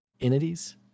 entities